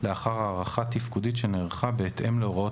לאחר הערכה תפקודית שנערכה בהתאם להוראות